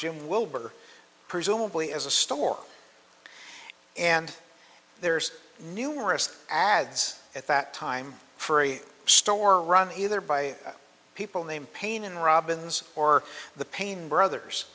jim wilbur presumably as a store and there's numerous ads at that time free store run either by people named payne in robbins or the pain brothers